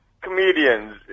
comedians